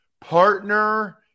partner